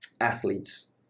athletes